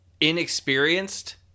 inexperienced